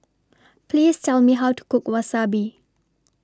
Please Tell Me How to Cook Wasabi